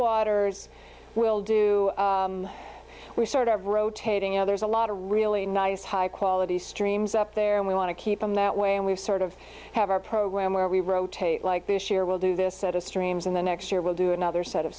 headwaters we'll do we sort of rotating you know there's a lot of really nice high quality streams up there and we want to keep them that way and we've sort of have our program where we rotate like this year we'll do this at a streams in the next year we'll do another set of